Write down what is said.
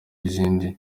izindi